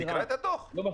שיקרא את הדוח.